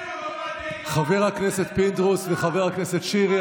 חבר הכנסת פינדרוס וחבר הכנסת שירי,